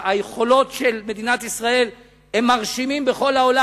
היכולות של מדינת ישראל הן מרשימות בכל העולם.